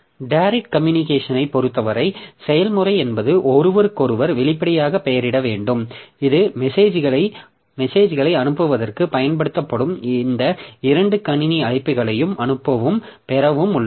direct கம்யூனிகேஷனை பொருத்தவரை செயல்முறை என்பது ஒருவருக்கொருவர் வெளிப்படையாக பெயரிட வேண்டும் இது மெசேஜ்களை அனுப்புவதற்குப் பயன்படுத்தப்படும் இந்த இரண்டு கணினி அழைப்புகளையும் அனுப்பவும் பெறவும் உள்ளது